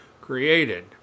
created